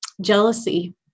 Jealousy